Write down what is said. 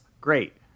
Great